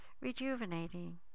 rejuvenating